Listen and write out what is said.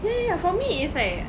yeah yeah yeah for me it's like